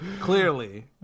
Clearly